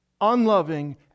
unloving